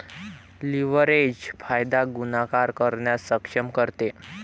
leverage फायदा गुणाकार करण्यास सक्षम करते